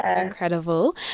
incredible